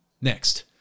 Next